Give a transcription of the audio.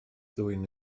ddwyn